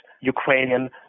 Ukrainian